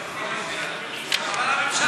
אבל הממשלה תומכת בחוק.